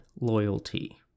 loyalty